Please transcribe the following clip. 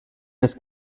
ist